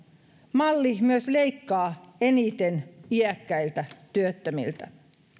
malli myös leikkaa eniten iäkkäiltä työttömiltä